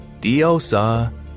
diosa